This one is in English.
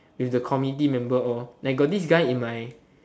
with the committee member all like got this guy in my